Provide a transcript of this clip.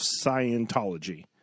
Scientology